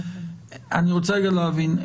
אני רוצה להבין: